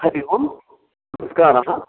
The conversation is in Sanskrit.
हरिः ओं नमस्कारः